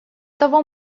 того